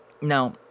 Now